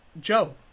Joe